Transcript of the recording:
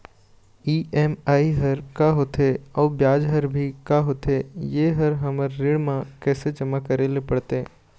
EMI हर का होथे अऊ ब्याज हर भी का होथे ये हर हमर ऋण मा कैसे जमा करे ले पड़ते?